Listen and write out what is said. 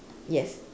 yes